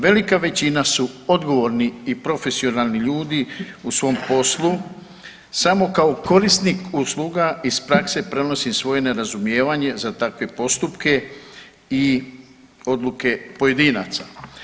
Velika većina su odgovorni i profesionalni ljudi u svom poslu samo kao korisnik usluga iz prakse prenosim svoje nerazumijevanje za takve postupke i odluke pojedinaca.